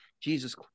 jesus